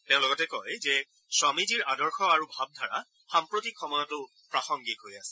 তেওঁ লগতে কয় যে স্বামীজীৰ আদৰ্শ আৰু ভাবধাৰা সাম্প্ৰতিক সময়তো প্ৰাসংগিক হৈ আছে